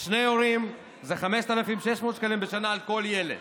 שני הורים זה 5,600 שקלים בשנה על כל ילד.